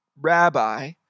rabbi